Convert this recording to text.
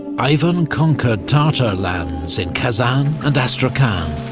ivan conquered tatar lands in kazan and astrakahan,